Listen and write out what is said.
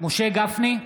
משה גפני,